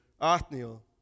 Othniel